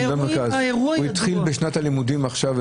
הוא התחיל בשנת הלימודים בחו"ל